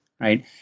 right